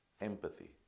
empathy